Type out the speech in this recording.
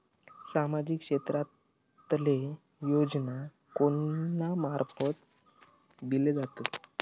सामाजिक क्षेत्रांतले योजना कोणा मार्फत दिले जातत?